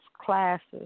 classes